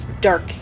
dark